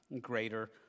greater